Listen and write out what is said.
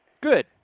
Good